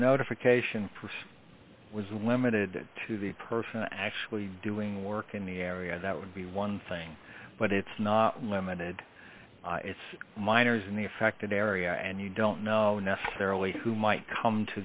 the notification was limited to the person actually doing work in the area that would be one thing but it's not limited it's minors in the affected area and you don't know necessarily who might come